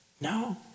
No